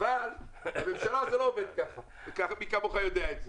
אבל בממשלה זה לא עובד כך ומי כמוך יודע את זה.